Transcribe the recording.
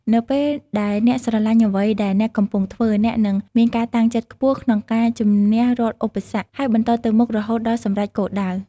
នៅពេលដែលអ្នកស្រឡាញ់អ្វីដែលអ្នកកំពុងធ្វើ អ្នកនឹងមានការតាំងចិត្តខ្ពស់ក្នុងការជំនះរាល់ឧបសគ្គ ហើយបន្តទៅមុខរហូតដល់សម្រេចគោលដៅ។